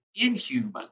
inhuman